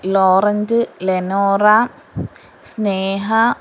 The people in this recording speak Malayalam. Laurent Lenora Sneha